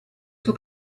suo